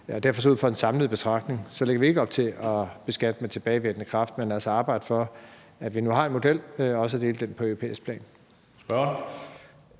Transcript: lægger vi ud fra en samlet betragtning ikke op til at beskatte med tilbagevirkende kraft, men vil altså arbejde for, når vi nu har en model, også at dele den på europæisk plan.